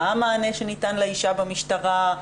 מה המענה שניתן לאישה במשטרה,